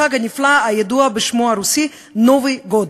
החג הנפלא הידוע בשמו הרוסי נובי-גוד.